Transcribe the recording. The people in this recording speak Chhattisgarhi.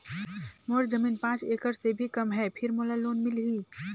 मोर जमीन पांच एकड़ से भी कम है फिर लोन मोला मिलही?